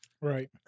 Right